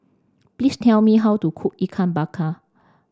please tell me how to cook Ikan Bakar